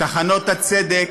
טחנות הצדק